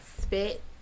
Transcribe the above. spit